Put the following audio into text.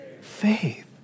faith